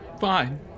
fine